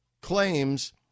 claims